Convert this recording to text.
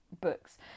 Books